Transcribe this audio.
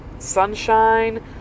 sunshine